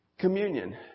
Communion